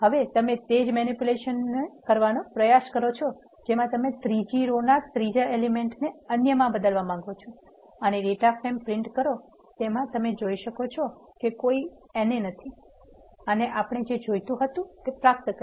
હવે તમે તે જ મેનીપ્યુલેશન કરવાનો પ્રયાસ કરો જેમાં તમે ત્રીજી રો ના ત્રીજા એલીમેન્ટ ને અન્યમાં બદલવા માંગો છો અને ડેટા ફ્રેમ છાપો તેમાં તમે જોઈ શકો છો કે હવે કોઈ NA નથી અને આપણે જે જોઈતુ હતુ તે પ્રાપ્ત કર્યું